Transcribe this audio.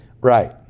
Right